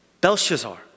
Belshazzar